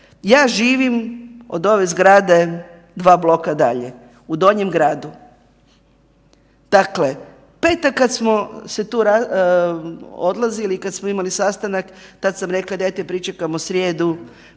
Ja živim od ove zgrade dva bloka dalje, u donjem gradu, dakle petak kad smo se tu odlazili, kad smo imali sastanak tad sam rekla dajte pričekajmo srijedu,